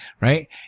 right